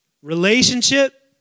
Relationship